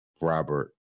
Robert